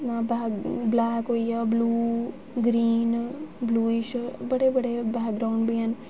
black होई गेआ blue green bluish बड्डे बड्डे बैकग्राऊंड बी हैन